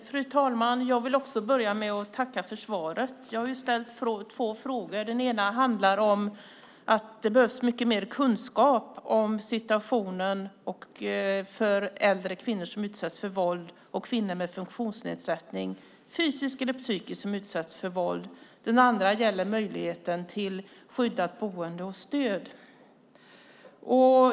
Fru talman! Jag vill också börja med att tacka för svaret. Jag har ställt två frågor. Den ena handlar om att det behövs mycket mer kunskap om situationen för äldre kvinnor som utsätts för våld och kvinnor med fysisk eller psykisk funktionsnedsättning som utsätts för våld. Den andra gäller möjligheten till skyddat boende och stöd.